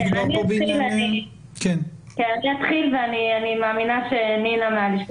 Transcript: אני אתחיל ואני מאמינה שנינה מהלשכה